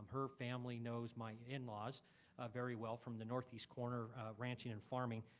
um her family knows my in-laws very well from the northeast corner ranching and farming.